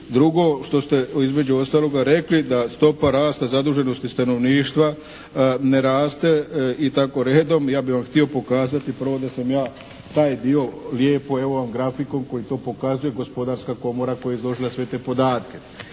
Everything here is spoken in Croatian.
drugo što ste između ostaloga rekli da stopa rasta zaduženosti stanovništva ne raste i tako redom. Ja bi vam htio pokazati prvo da sam ja taj dio lijepo evo vam grafikon koji to pokazuje, Gospodarska komora koja je izložila sve te podatke.